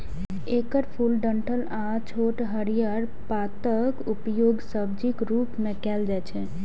एकर फूल, डंठल आ छोट हरियर पातक उपयोग सब्जीक रूप मे कैल जाइ छै